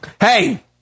Hey